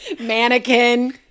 mannequin